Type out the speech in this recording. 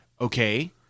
Okay